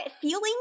feeling